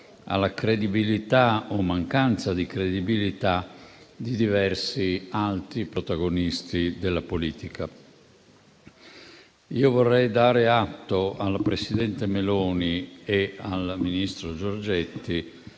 alla credibilità o mancanza di credibilità di diversi altri protagonisti della politica. Io vorrei dare atto al presidente Meloni e al ministro Giorgetti